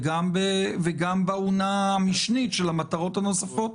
וגם באונה המשנית של המטרות הנוספות.